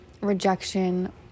rejection